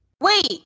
Wait